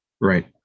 right